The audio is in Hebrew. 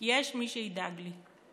כי יש מי שידאג לי.